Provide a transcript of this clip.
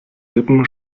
lippen